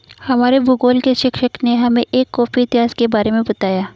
हमारे भूगोल के शिक्षक ने हमें एक कॉफी इतिहास के बारे में बताया